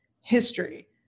history